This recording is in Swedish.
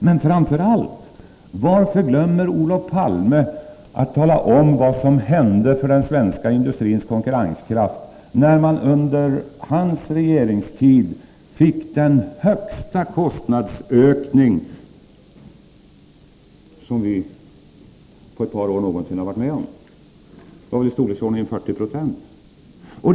Och framför allt: Varför glömmer Olof Palme att tala om vad som hände för den svenska industrins konkurrenskraft, när man under hans regeringstid fick den högsta kostnadsökning på ett par år som vi någonsin har varit med om, en kostnadsökning i storleksordningen 40 96.